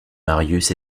marius